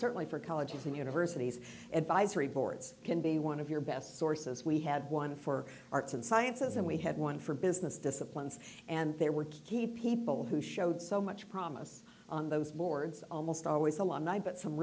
certainly for colleges and universities advisory boards can be one of your best sources we had one for arts and sciences and we had one for business disciplines and there were key people who showed so much promise on those boards almost always a lot but some